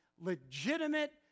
legitimate